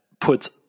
puts